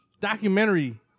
documentary